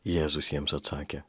jėzus jiems atsakė